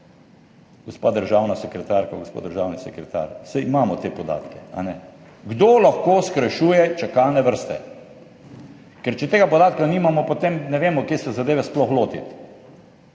Gospa državna sekretarka, gospod državni sekretar, saj imamo te podatke, ali ne, kdo lahko skrajšuje čakalne vrste? Ker če tega podatka nimamo, potem ne vemo, kje se zadeve sploh lotiti.